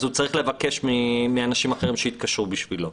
אז הוא צריך לבקש מאנשים אחרים שיתקשרו בשבילו.